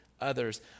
others